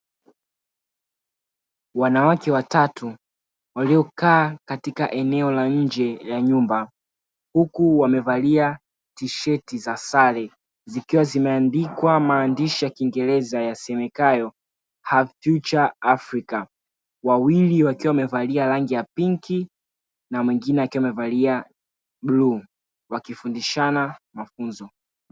Wanawake watatu waliokaa katika eneo la nje la nyumba, huku wamevalia tisheti za sare zikiwa zimeandikwa maandishi ya kiingereza yasemekayo "Her Future Africa", wawili wakiwa wamevalia rangi ya pinki na mwingine akiwa amevalia bluu, wakifundishana mafunzo.